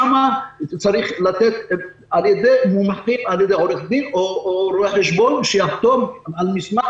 שם צריך לתת על-ידי עורך דין או רואה חשבון שיחתום על מסמך,